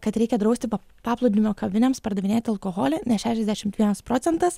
kad reikia drausti pa paplūdimio kavinėms pardavinėti alkoholį nes šešiasdešimt vienas procentas